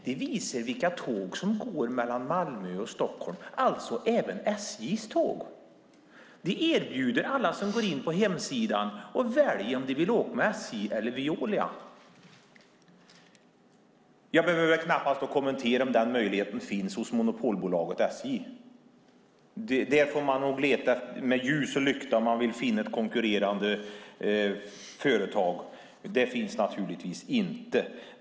De visar vilka tåg som går mellan Malmö och Stockholm, alltså även SJ:s tåg. De erbjuder alla som går in på hemsidan att välja om de vill åka med SJ eller Veolia. Jag behöver knappast kommentera om den möjligheten finns hos monopolbolaget SJ. Där får man nog leta med ljus och lykta om man vill finna information om ett konkurrerande företag. Det finns naturligtvis inte.